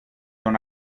τον